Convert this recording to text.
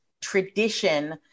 tradition